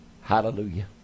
Hallelujah